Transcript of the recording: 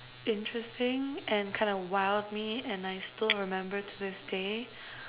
interesting and kind of wowed me and I still remember till this day